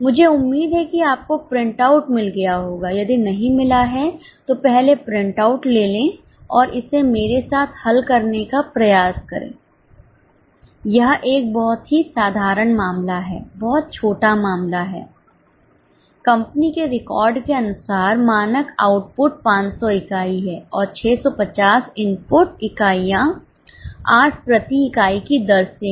मुझे उम्मीद है कि आपको प्रिंटआउट के रिकॉर्ड के अनुसार मानक आउटपुट 500 इकाई हैं और 650 इनपुट इकाइयाँ 8 प्रति इकाई की दर से हैं